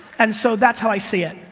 and so that's how i see it.